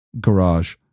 garage